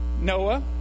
Noah